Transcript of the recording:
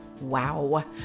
Wow